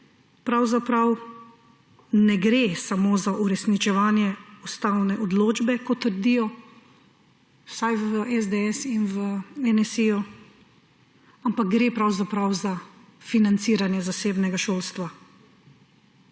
pravzaprav ne gre samo za uresničevanje ustavne odločbe, kot trdijo vsaj v SDS in v NSi, ampak gre pravzaprav za financiranje zasebnega šolstva.